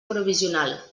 provisional